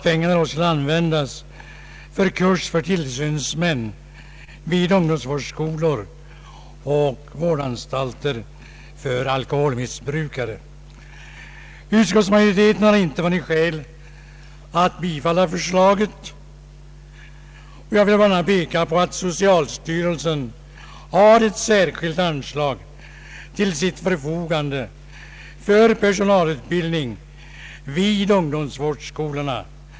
Pengarna skulle användas till kurs för tillsynsmän vid ungdomsvårdsskolor och vårdanstalter för alkoholmissbrukare. Utskottsmajoriteten har inte funnit skäl att tillstyrka förslaget. Jag vill i detta sammanhang påpeka att socialstyrelsen till sitt förfogande har ett särskilt anslag för personalutbildning vid ungdomsvårdsskolorna.